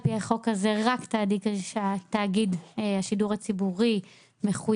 על פי החוק הזה רק תאגיד השידור הציבורי מחויב.